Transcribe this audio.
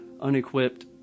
unequipped